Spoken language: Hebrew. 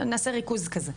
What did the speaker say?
נעשה ריכוז כזה.